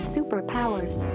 Superpowers